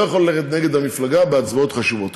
לא יכול ללכת נגד המפלגה בהצבעות חשובות.